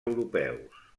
europeus